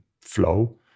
flow